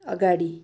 अगाडि